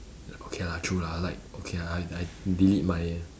okay lah true lah like okay I I delete my